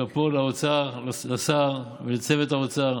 שאפו לשר ולצוות האוצר,